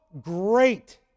great